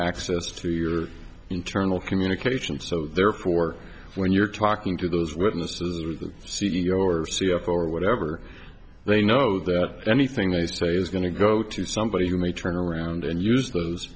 access to your internal communications so therefore when you're talking to those witnesses or the c e o or c ock or whatever they know that anything they say is going to go to somebody you may turn around and use those